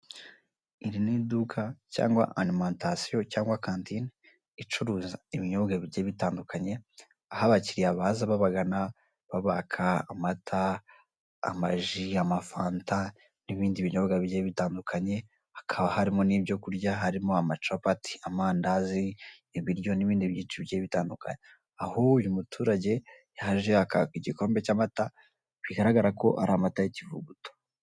Iri ni iduka cyangwa arimantasiyo cyangwa kantine icuruza ibinyobwa bigiye bitandukanye aho abakiriya baza babagana babaka amata, amaji, amafanta n'ibindi binyobwa bigiye bitandukanye, hakaba harimo n'ibyo kurya harimo amacapati, amandazi, ibiryo n'ibindi byinshi bigiye bitandukanye, aho uyu muturage yaje akaka igikombe cy'amata bigaragara ko ari amata y'ikivuguto.